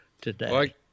today